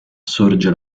sorge